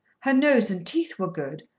her nose and teeth were good,